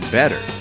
better